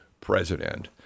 president